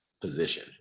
position